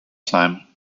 time